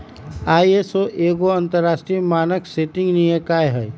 ISO एगो अंतरराष्ट्रीय मानक सेटिंग निकाय हइ